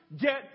get